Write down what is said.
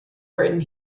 when